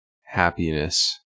happiness